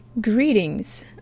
Greetings